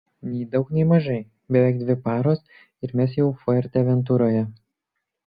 nei daug nei mažai beveik dvi paros ir mes jau fuerteventuroje